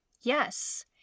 Yes